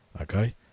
okay